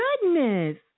goodness